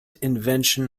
invention